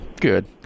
Good